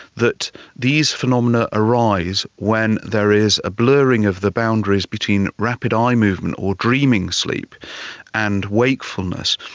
that these phenomena arise when there is a blurring of the boundaries between rapid eye movement or dreaming sleep and wakefulness.